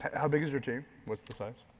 how big is your team? what's the size?